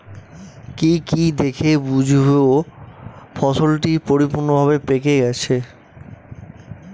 কি কি দেখে বুঝব ফসলটি পরিপূর্ণভাবে পেকে গেছে?